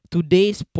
Today's